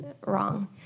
wrong